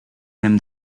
him